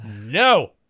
no